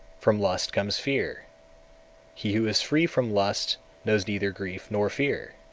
from lust comes fear he who is free from lust knows neither grief nor fear.